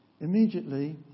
Immediately